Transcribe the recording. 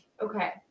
okay